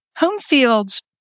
Homefields